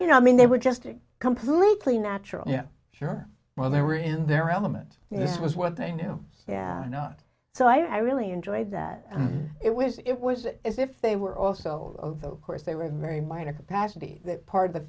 you know i mean they were just completely natural yeah sure well they were in their element yeah it was what they knew yeah i know so i really enjoyed that it was it was as if they were also of course they were very minor capacity that part of the